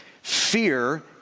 Fear